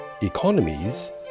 economies